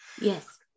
Yes